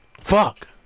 Fuck